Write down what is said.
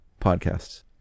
podcasts